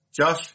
Josh